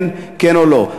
כן או לא.